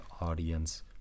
audience